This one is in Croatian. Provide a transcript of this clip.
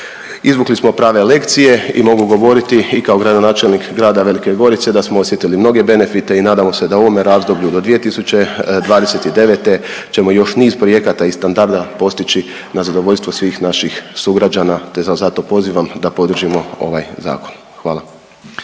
Izvukli smo prave lekcije i mogu govoriti i kao gradonačelnik grada Velike Gorice da smo osjetili mnoge benefite i nadamo se da u ovome razdoblju do 2029. ćemo još niz projekata i standarda postići na zadovoljstvo svih naših sugrađana, te vas zato pozivam da podržimo ovaj zakon. Hvala.